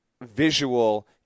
visual